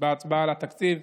בהצבעה על התקציב.